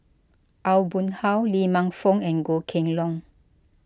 Aw Boon Haw Lee Man Fong and Goh Kheng Long